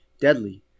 deadly